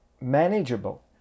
manageable